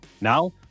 Now